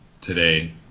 today